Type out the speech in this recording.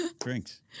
Drinks